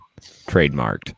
trademarked